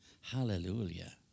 Hallelujah